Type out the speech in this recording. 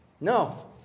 No